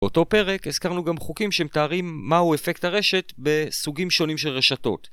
אותו פרק הזכרנו גם חוקים שמתארים מהו אפקט הרשת בסוגים שונים של רשתות